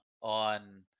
on